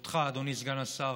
אותך, אדוני סגן השר,